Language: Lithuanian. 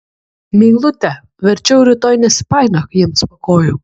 meilute verčiau rytoj nesipainiok jiems po kojų